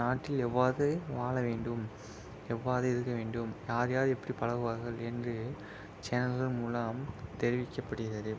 நாட்டில் எவ்வாறு வாழ வேண்டும் எவ்வாறு இருக்க வேண்டும் யார் யார் எப்படி பழகுவார்கள் என்று சேனல்கள் மூலம் தெரிவிக்கப்படுகிறது